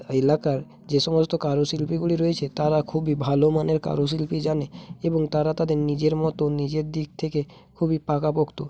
এলাকার যে সমস্ত কারুশিল্পীগুলি রয়েছে তারা খুবই ভালো মানের কারুশিল্প জানে এবং তারা তাদের নিজের মতো নিজের দিক থেকে খুবই পাকাপোক্ত